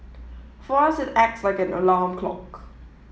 for us it acts like an alarm clock